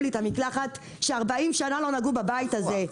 לי את המקלחת אחרי ש-40 שנה לא נגעו בבית הזה.